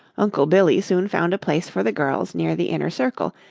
uncle billy soon found a place for the girls near the inner circle,